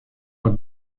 wat